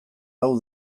hau